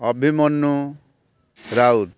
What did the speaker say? Abhimanyu Raut